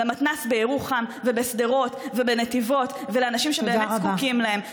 למתנ"ס בירוחם ובשדרות ובנתיבות ולאנשים שבאמת זקוקים להם.